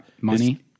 Money